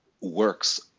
works